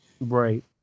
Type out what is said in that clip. right